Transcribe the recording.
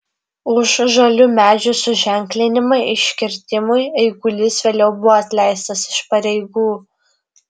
už žalių medžių suženklinimą iškirtimui eigulys vėliau buvo atleistas iš pareigų